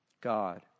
God